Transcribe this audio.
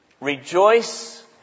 rejoice